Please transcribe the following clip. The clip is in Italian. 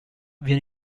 viene